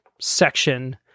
section